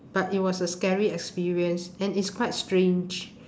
but it was a scary experience and it's quite strange